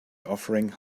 offering